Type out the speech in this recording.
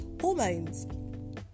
hormones